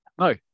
No